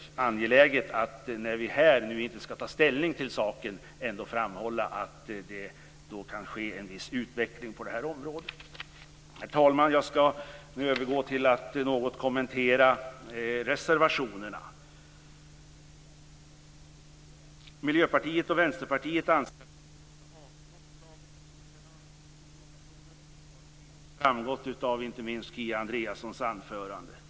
Därför är det angeläget att här, även om vi inte skall ta ställning till saken, framhålla att det kan ske en viss utveckling på området. Herr talman! Jag skall nu övergå till att något kommentera reservationerna. Miljöpartiet och Vänsterpartiet anser att riksdagen skall avslå förslaget om godkännande av Europolkonventionen. Det har tydligt framgått inte minst av Kia Andreassons anförande.